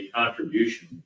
contribution